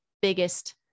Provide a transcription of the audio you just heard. biggest